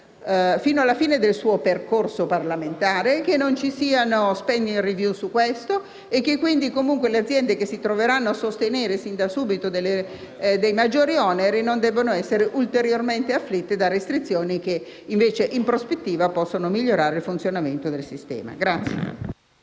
fino alla fine del suo percorso parlamentare, che su questo non ci siano *spending review* e che, quindi, le aziende che si troveranno a sostenere sin da subito maggiori oneri non debbano essere ulteriormente afflitte da restrizioni che, invece, in prospettiva possono migliorare il funzionamento del sistema.